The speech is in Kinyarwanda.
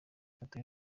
ifoto